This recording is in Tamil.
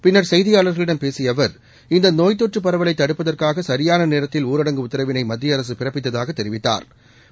பின்னர் செய்தியாளர்ளிடம் பேசிய அவர் இந்த நோய் தொற்று பரவலை தடுப்பதற்காக சரியான நேரத்தில் ஊரடங்கு உத்தரவினை மத்திய அரசு பிறப்பித்ததாகத் தெரிவித்தாா்